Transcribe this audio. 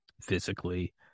physically